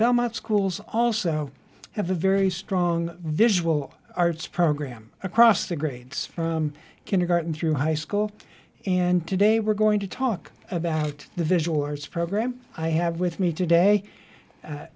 belmont schools also have a very strong visual arts program across the grades from kindergarten through high school and today we're going to talk about the visual arts program i have with me today